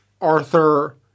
Arthur